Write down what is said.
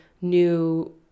new